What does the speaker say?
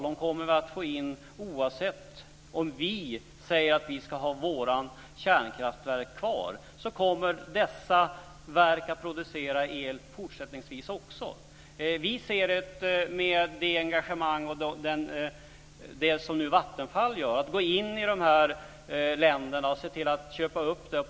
De kommer vi att få in oavsett om vi säger att vi ska ha våra kärnkraftverk kvar. Dessa verk kommer också fortsättningsvis att producera el. Vattenfall har nu ett engagemang och går in i dessa länder och köper upp verk.